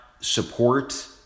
support